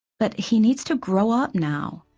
but he needs to grow up now.